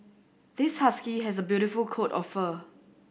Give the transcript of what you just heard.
this husky has a beautiful coat of fur